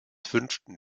fünften